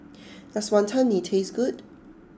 does Wonton Mee taste good